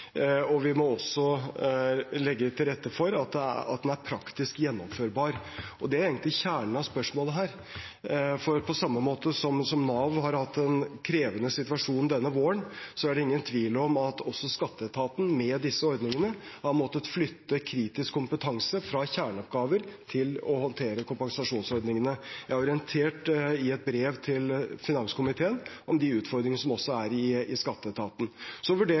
at den er praktisk gjennomførbar. Det er egentlig kjernen i spørsmålet her. For på samme måte som Nav har hatt en krevende situasjon denne våren, er det ingen tvil om at også skatteetaten med disse ordningene har måttet flytte kritisk kompetanse fra kjerneoppgaver til å håndtere kompensasjonsordningene. Jeg har orientert i et brev til finanskomiteen om de utfordringene som også er i skatteetaten. Så vurderer